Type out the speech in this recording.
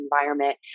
environment